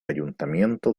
ayuntamiento